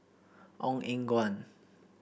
Ong Eng Guan